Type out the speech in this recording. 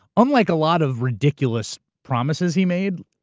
unlike a lot of ridiculous promises he made,